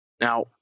Now